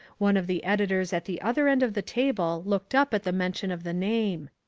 one of the editors at the other end of the table looked up at the mention of the name.